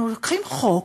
אנחנו לוקחים חוק,